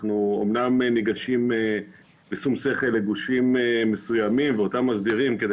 אנחנו אמנם ניגשים בשום שכל לגושים מסוימים ואותם מסדירים כדי